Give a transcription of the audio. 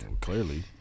Clearly